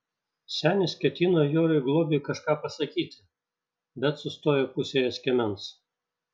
senis ketino joriui globiui kažką pasakyti bet sustojo pusėje skiemens